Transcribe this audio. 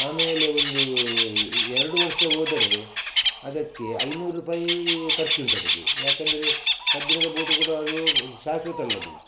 ಆಮೇಲೆ ಒಂದು ಎರಡು ವರ್ಷ ಹೋದರೆ ಅದಕ್ಕೆ ಐನೂರು ರೂಪಾಯಿ ಖರ್ಚುಂಟದಕ್ಕೆ ಯಾಕೆಂದರೆ ಕಬ್ಬಿಣದ ಬೋಟು ಕೂಡ ಅದು ಶಾಶ್ವತ ಅಲ್ಲದು